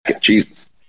Jesus